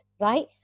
right